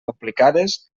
complicades